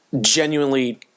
genuinely